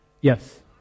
Yes